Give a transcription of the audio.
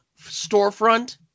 storefront